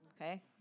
okay